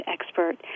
expert